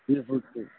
sea foods